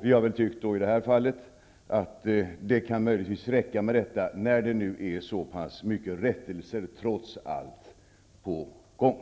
Vi har i det här fallet tyckt att det möjligtvis kan räcka med detta, när det nu trots allt är så pass mycket rättelser på gång.